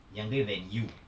younger than you